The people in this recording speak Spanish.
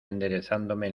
enderezándome